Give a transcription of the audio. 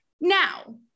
Now